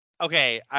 Okay